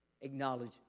Acknowledge